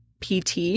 pt